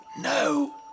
No